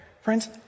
Friends